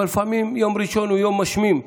אבל לפעמים יום ראשון הוא יום משמים.